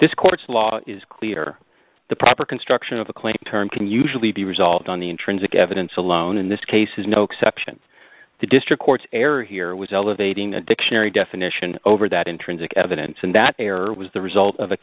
this court's law is clear the proper construction of the claim term can usually be resolved on the intrinsic evidence alone in this case is no exception to district court error here was elevating a dictionary definition over that intrinsic evidence and that error was the result of